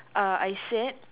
uh I said